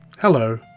Hello